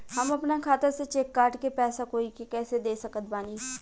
हम अपना खाता से चेक काट के पैसा कोई के कैसे दे सकत बानी?